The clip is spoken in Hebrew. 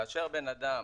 כאשר בן אדם